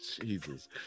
Jesus